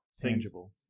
Tangible